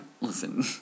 Listen